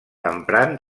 emprant